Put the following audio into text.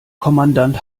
kommandant